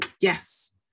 yes